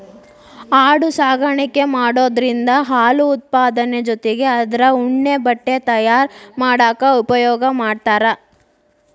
ಆಡು ಸಾಕಾಣಿಕೆ ಮಾಡೋದ್ರಿಂದ ಹಾಲು ಉತ್ಪಾದನೆ ಜೊತಿಗೆ ಅದ್ರ ಉಣ್ಣೆ ಬಟ್ಟೆ ತಯಾರ್ ಮಾಡಾಕ ಉಪಯೋಗ ಮಾಡ್ತಾರ